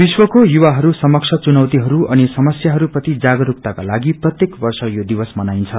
विश्वको युवाहरू समक्ष चुनौतीहरू अनि समस्यासहरू प्रति जागरूकताको लागि प्रत्येक वर्ष यो दिवस मनाइन्छ